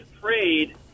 prayed